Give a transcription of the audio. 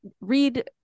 read